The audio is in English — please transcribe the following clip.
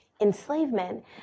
enslavement